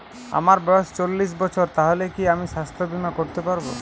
আমার বয়স চল্লিশ বছর তাহলে কি আমি সাস্থ্য বীমা করতে পারবো?